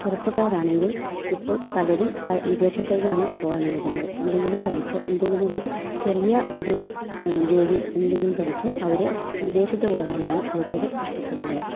ചെറുപ്പക്കാരാണെങ്കിൽ ഇപ്പോൾ പലരും വിദേശത്തേക്കാണ് പോകാൻ നോക്കുന്നത് എന്തെങ്കിലും പഠിച്ച് എന്തെങ്കിലൊരു ചെറിയ ഒരു ജോലി എന്തെങ്കിലും പഠിച്ച് അവര് വിദേശത്ത് പോവാനാണ് കൂടുതലും ഇഷ്ടപ്പെടുന്നത്